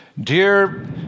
Dear